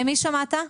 ממי שמעת?